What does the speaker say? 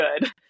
good